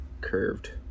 curved